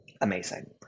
Amazing